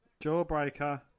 Jawbreaker